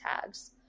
tags